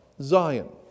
Zion